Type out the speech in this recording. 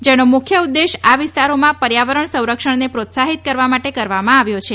જેનો મુખ્ય ઉદેશ આ વિસ્તારોમાં પર્યાવરણ સંરક્ષણ ને પ્રોત્સાહિત કરવા માટે કરવામાં આવ્યો છે